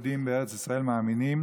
בבקשה, אדוני.